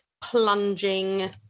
plunging